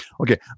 Okay